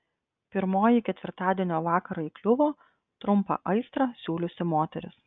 pirmoji ketvirtadienio vakarą įkliuvo trumpą aistrą siūliusi moteris